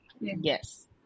yes